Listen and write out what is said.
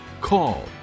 call